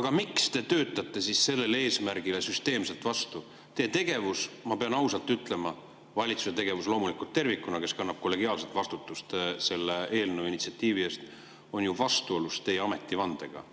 Aga miks te siis töötate sellele eesmärgile süsteemselt vastu? Teie tegevus, ma pean ausalt ütlema, valitsuse tegevus loomulikult tervikuna, kes kannab kollegiaalselt vastutust selle eelnõu initsiatiivi eest, on ju vastuolus teie ametivandega